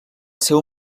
seu